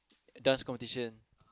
dance competition